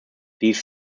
these